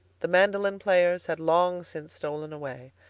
the mandolin players had long since stolen away.